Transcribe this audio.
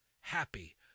Happy